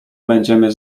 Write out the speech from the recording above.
będziemy